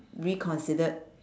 reconsidered